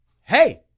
Hey